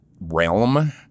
realm